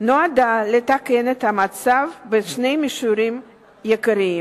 נועדה לתקן את המצב בשני מישורים עיקריים: